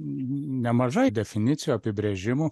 nemažai definicijų apibrėžimų